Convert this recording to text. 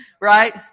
right